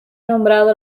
nombrado